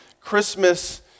Christmas